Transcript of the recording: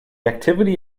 activity